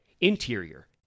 Interior